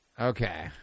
Okay